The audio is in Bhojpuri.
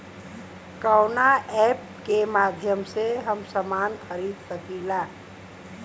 कवना ऐपके माध्यम से हम समान खरीद सकीला?